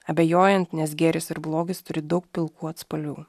abejojant nes gėris ir blogis turi daug pilkų atspalvių